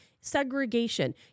Segregation